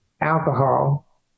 alcohol